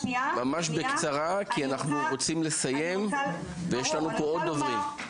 ממש בקצרה כי אנחנו רוצים לסיים ויש לנו פה עוד דוברים.